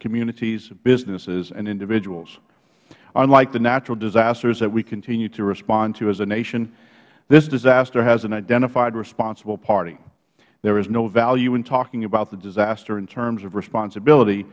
communities businesses and individuals unlike the natural disasters that we continue to respond to as a nation this disaster has an identified responsible party there is no value in talking about the disaster in terms of responsibility